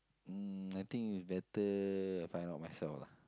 mm I think it's better I find out myself lah